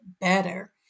better